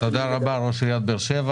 תודה רבה, ראש עיריית באר שבע.